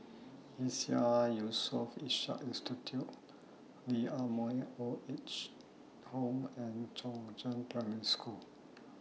ISEAS Yusof Ishak Institute Lee Ah Mooi Old Age Home and Chongzheng Primary School